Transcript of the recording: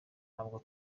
ntabwo